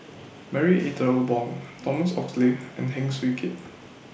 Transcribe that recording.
Marie Ethel Bong Thomas Oxley and Heng Swee Keat